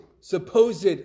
supposed